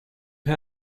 him